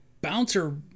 Bouncer